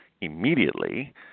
immediately